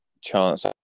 chance